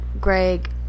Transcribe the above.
Greg